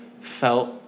Felt